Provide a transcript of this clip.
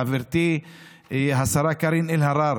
חברתי השרה קארין אלהרר: